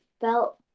felt